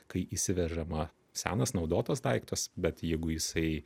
kai įsivežama senas naudotas daiktas bet jeigu jisai